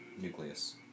nucleus